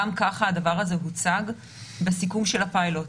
גם כך הדבר הזה הוצג בסיכום של הפיילוט.